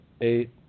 eight